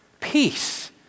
Peace